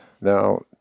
Now